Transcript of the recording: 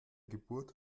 geburt